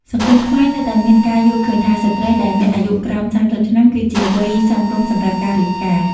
សង្គមខ្មែរនៅតែមានការយល់ឃើញថា ស្ត្រីដែលមានអាយុក្រោម ៣០ ឆ្នាំ គឺជា វ័យសមរម្យសម្រាប់ការរៀបការ។ ។